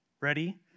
Ready